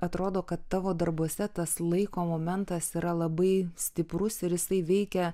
atrodo kad tavo darbuose tas laiko momentas yra labai stiprus ir jisai veikia